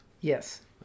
yes